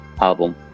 album